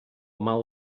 mal